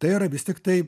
tai yra vis tiktai